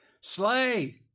Slay